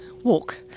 walk